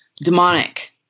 demonic